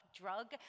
drug